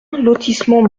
lotissement